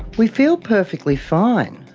we feel perfectly fine.